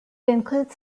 includes